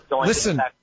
listen